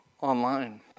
online